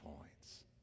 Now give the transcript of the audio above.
points